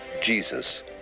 Jesus